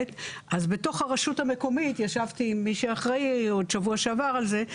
אז בתוך הרשות המקומית ישבתי עם מי שאחראי בשבוע שעבר על זה,